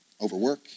Overwork